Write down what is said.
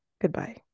Goodbye